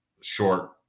short